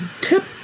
tip